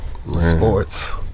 Sports